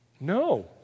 No